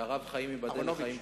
והרב חיים ייבדל לחיים טובים,